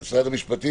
המשפטים,